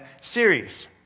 series